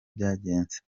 byagenze